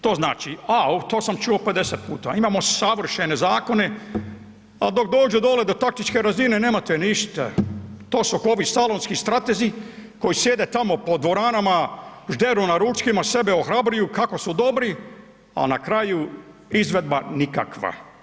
To znači, to sam čuo 50 puta, imamo savršene zakone ali dok dođu dolje do taktičke razine nemate ništa, to su ko ovi salonski strazi koji sjede tamo po dvoranama, žderu na ručkima, sebe ohrabruju kako su dobri, a na kraju izvedba nikakva.